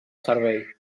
servei